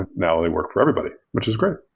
and now, they work for everybody, which is great.